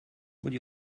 would